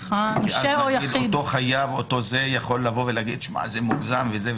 אותו חייב יכול לבוא ולומר שזה מוגזם?